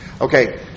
Okay